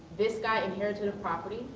this guy inherited a property.